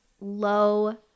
low